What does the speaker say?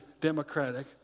democratic